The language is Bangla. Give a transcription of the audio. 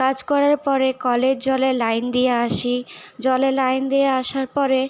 কাজ করার পরে কলের জলে লাইন দিয়ে আসি জলে লাইন দিয়ে আসার পরে